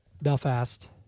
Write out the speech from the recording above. Belfast